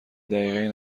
دقیقه